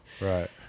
Right